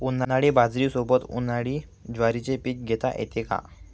उन्हाळी बाजरीसोबत, उन्हाळी ज्वारीचे पीक घेता येते का?